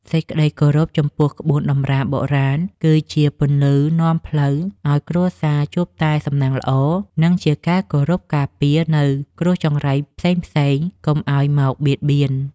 សេចក្តីគោរពចំពោះក្បួនតម្រាបុរាណគឺជាពន្លឺនាំផ្លូវឱ្យគ្រួសារជួបតែសំណាងល្អ និង ជាការការពារនូវគ្រោះចង្រៃផ្សេងៗកុំឱ្យមកបៀតបៀន។